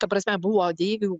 ta prasme buvo deivių